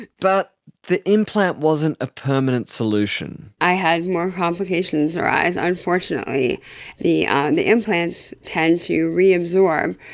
but the implant wasn't a permanent solution. i had more complications arise. unfortunately the and the implants tend to reabsorb,